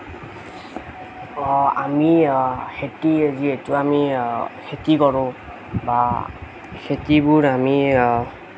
অঁ আমি খেতি যি এইটো আমি খেতি কৰোঁ বা খেতিবোৰ আমি